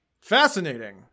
Fascinating